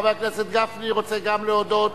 חבר הכנסת גפני רוצה גם להודות.